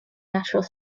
natural